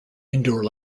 endure